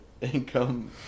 income